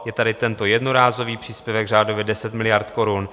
Je tady tento jednorázový příspěvek, řádově 10 miliard korun.